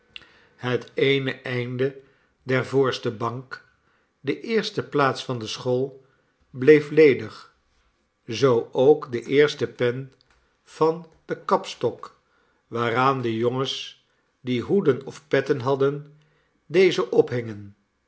het eene einde der voorste bank de eerste plaats van de school bleef ledig zoo ook de eerste pen van den kapstok waaraan de jongens die hoeden of petten hadden deze ophingen